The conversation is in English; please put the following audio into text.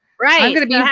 Right